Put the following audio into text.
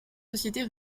sociétés